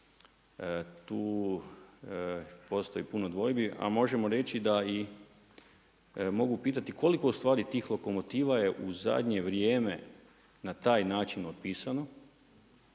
tu postoji puno dvojbi. A možemo reći mogu pitati koliko je tih lokomotiva je u zadnje vrijeme na taj način otpisano,